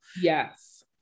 yes